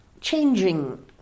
changing